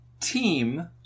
Team